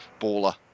baller